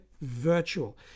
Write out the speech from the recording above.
virtual